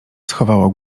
schowało